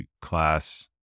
class